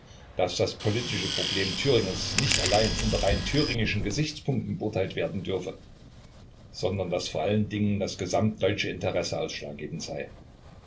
daß das politische problem thüringens nicht allein unter rein thüringischen gesichtspunkten beurteilt werden dürfe sondern daß vor allen dingen das gesamtdeutsche interesse ausschlaggebend sei